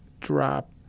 drop